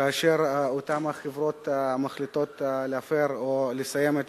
כאשר אותן החברות מחליטות להפר או לסיים את